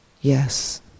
yes